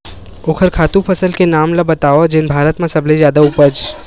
ओखर खातु फसल के नाम ला बतावव जेन भारत मा सबले जादा उपज?